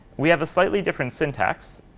we have a slightly different syntax.